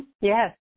Yes